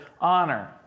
honor